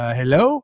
hello